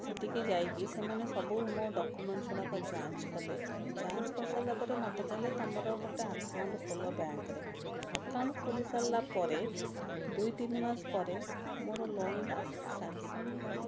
ସେଠିକି ଯାଇକି ସେମାନେ ସବୁ ମୋ ଡକୁମେଣ୍ଟସ ଗୁଡ଼ାକ ଯାଞ୍ଚ କଲେ ଯାଞ୍ଚ କରିସାରିଲା ପରେ ମୋତେ କହିଲେ ତୁମର ଗୋଟେ ଆକାଉଣ୍ଟ ଖୋଲ ବ୍ୟାଙ୍କରେ ଆକାଉଣ୍ଟ ଖୋଲିସାରିଲା ପରେ ଦୁଇ ତିନ ମାସ ପରେ ମୋର ଲୋନଟା ସାଂକ୍ସନ ହେଲା